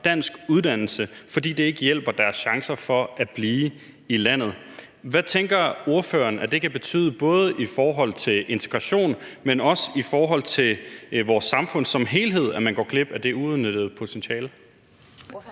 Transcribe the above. dansk uddannelse, fordi det ikke hjælper på deres chance for at blive i landet. Hvad tænker ordføreren, at det kan betyde både i forhold til integration, men også i forhold til vores samfund som helhed, nemlig at man går glip af det uudnyttede potentiale? Kl.